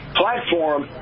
platform